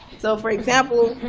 so for example,